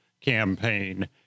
campaign